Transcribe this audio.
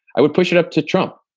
i would push it up to trump,